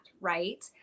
right